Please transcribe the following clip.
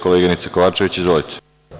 Koleginice Kovačević, izvolite.